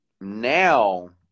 Now